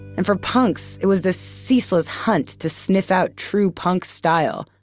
and for punks, it was this ceaseless hunt to sniff out true punk style.